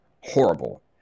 horrible